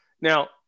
Now